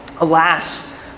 Alas